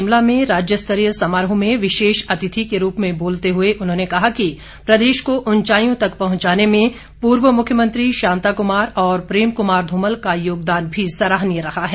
शिमला में राज्य स्तरीय समारोह में विशेष अतिथि के रूप में बोलते हुए उन्होंने कहा कि प्रदेश को ऊंचाईयों तक पहुंचाने में पूर्व मुख्यमंत्री शांताकुमार और प्रेम कुमार धूमल का योगदान भी सराहनीय रहा है